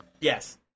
Yes